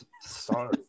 sorry